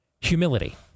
Humility